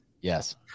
Yes